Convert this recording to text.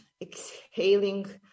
exhaling